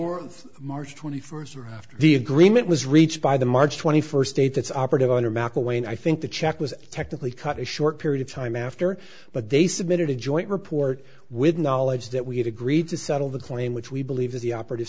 for march twenty first or after the agreement was reached by the march twenty first date that's operative under mcelwain i think the check was technically cut a short period of time after but they submitted a joint report with knowledge that we had agreed to settle the claim which we believe is the operative